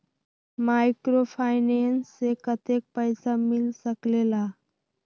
Microfinance से कतेक पैसा मिल सकले ला?